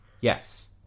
Yes